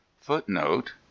footnote